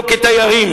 לא כתיירים.